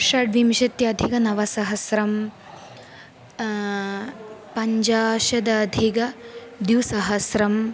षड्विंशत्यधिकनवसहस्रम् पञ्चाशदधिक द्विसहस्रम्